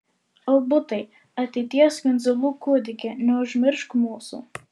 albutai ateities jundzilų kūdiki neužmiršk mūsų